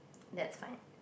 that's fine